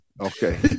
okay